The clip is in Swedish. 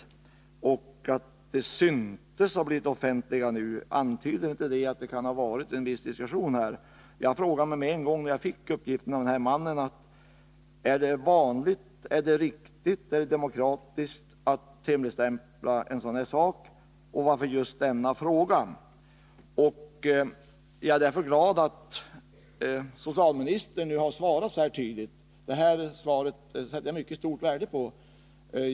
I svaret står att handlingarna ”syntes” ha blivit offentliga. Antyder inte det att det kan ha varit en viss diskussion? Jag frågade med en gång när jag fick uppgifterna av den här mannen: Är det riktigt och demokratiskt att hemligstämpla en sådan här sak? Och varför har det skett just i denna fråga? Jag är därför glad att socialministern har svarat så här tydligt. Jag sätter mycket stort värde på detta svar.